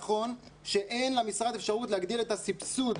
נכון שאין למשרד אפשרות להגדיל את הסבסוד